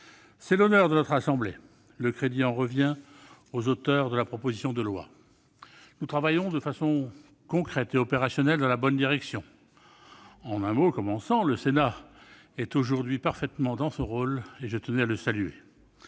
C'est à l'honneur de notre assemblée. Le crédit en revient aux auteurs de la proposition de loi. Nous travaillons là, de façon concrète et opérationnelle, dans la bonne direction. En un mot comme en cent, le Sénat est aujourd'hui parfaitement dans son rôle, et je tenais à le saluer.